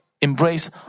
embrace